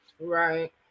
right